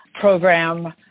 program